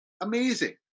amazing